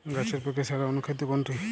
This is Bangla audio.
গাছের পক্ষে সেরা অনুখাদ্য কোনটি?